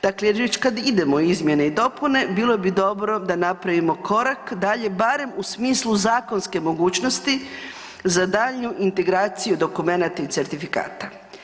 Dakle već kad idemo u izmjene i dopune, bilo bi dobro da napravimo korak dalje barem u smislu zakonske mogućnosti za daljnju integraciju dokumenata i certifikata.